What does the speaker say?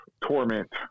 torment